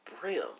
brim